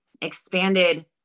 expanded